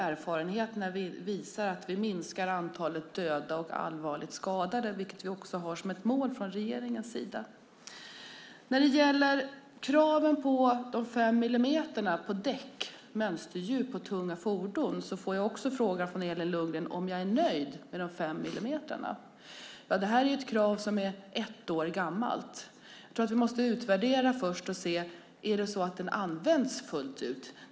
Erfarenheterna visar nu att detta minskar antalet döda och allvarligt skadade, vilket vi också har som ett mål från regeringens sida. När det gäller kravet på fem millimeter mönsterdjup på däck på tunga fordon fick jag en fråga från Elin Lundgren om huruvida jag är nöjd med dessa fem millimeter. Det här är ett krav som är ett år gammalt. Jag tror att vi först måste utvärdera det och se om det här används fullt ut.